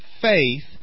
faith